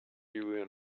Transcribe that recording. you